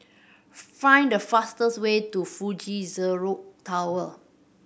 find the fastest way to Fuji Xerox Tower